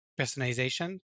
personalization